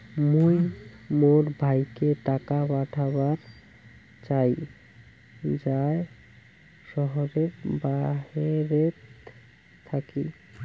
মুই মোর ভাইকে টাকা পাঠাবার চাই য়ায় শহরের বাহেরাত থাকি